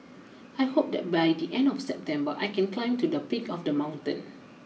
I hope that by the end of September I can climb to the peak of the mountain